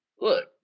Look